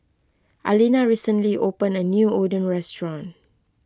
Alina recently opened a new Oden restaurant